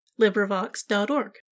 LibriVox.org